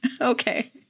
Okay